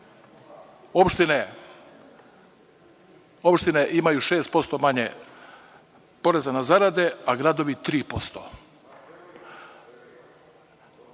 opštine imaju 6% manje poreza na zarade, a gradovi 3%.